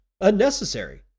Unnecessary